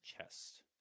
chest